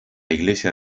iglesia